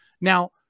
Now